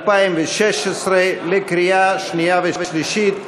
התשע"ו 2016, קריאה שנייה ושלישית.